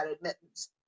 admittance